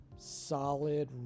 Solid